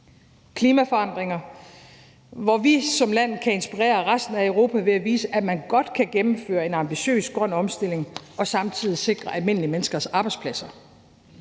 klimaforandringer, hvor vi som land kan inspirere resten af Europa ved at vise, at man godt kan gennemføre en ambitiøs grøn omstilling og samtidig sikre almindelige menneskers arbejdspladser.